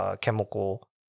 chemical